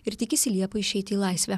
ir tikisi liepą išeiti į laisvę